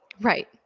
Right